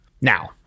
Now